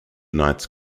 knights